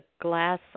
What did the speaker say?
glass